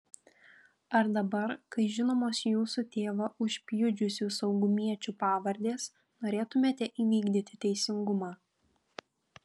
ar dabar kai žinomos jūsų tėvą užpjudžiusių saugumiečių pavardės norėtumėte įvykdyti teisingumą